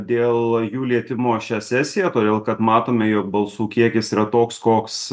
dėl jų lietimo šią sesiją todėl kad matome jog balsų kiekis yra toks koks